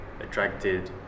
attracted